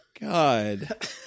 God